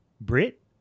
Brit